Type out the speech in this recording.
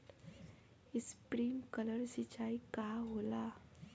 Sprinkler सिंचाई का होला?